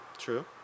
True